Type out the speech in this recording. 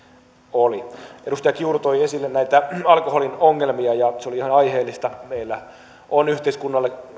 oli edustaja kiuru toi esille näitä alkoholin ongelmia ja se oli ihan aiheellista meillä on yhteiskunnalle